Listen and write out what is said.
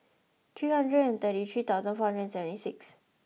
three hundred and thirty three thousand four hundred and seventy six